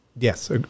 Yes